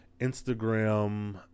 Instagram